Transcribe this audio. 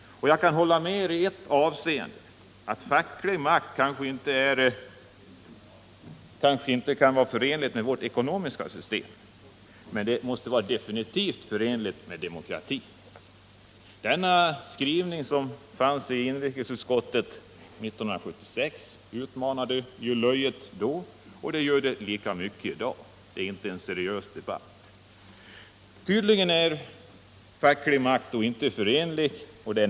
Jag kan hålla med er i ett avseende, nämligen att facklig makt kanske inte är förenlig med vårt ekonomiska system —- men det är definitivt förenligt med demokratin. Facklig makt är inte förenlig med det kapitalistiska ekonomiska systemet, men blanda inte in demokrati! Hur har socialdemokraterna i utskottet kunnat godkänna en sådan skrivning? Det är i högsta grad förvånande.